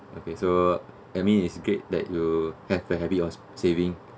okay so I mean it's great that you have a habit of saving